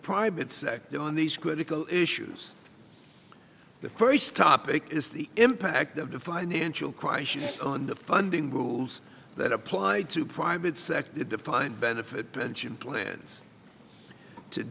private sector on these critical issues the first topic is the impact of the financial crisis on the funding rules that apply to private sector a defined benefit pension plans to